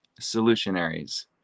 solutionaries